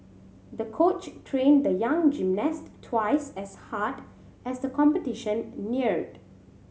the coach trained the young gymnast twice as hard as the competition neared